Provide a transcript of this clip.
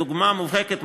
דוגמה מובהקת,